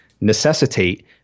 necessitate